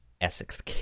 Essex